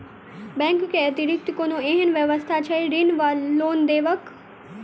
Bank केँ अतिरिक्त कोनो एहन व्यवस्था छैक ऋण वा लोनदेवाक?